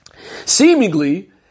Seemingly